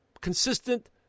consistent